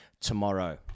tomorrow